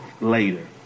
later